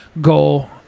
goal